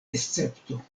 escepto